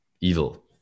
evil